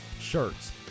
Shirts